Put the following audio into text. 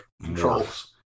controls